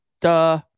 Duh